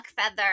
feather